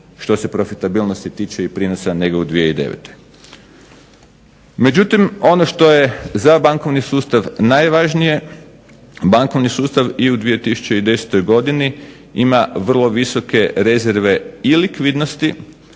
što se profitabilnosti tiče i prinosa nego 2009. Međutim, ono što je za bankovni sustav najvažnije, bankovni sustav i u 2010. godini ima vrlo visoke rezerve i likvidnosti,